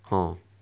orh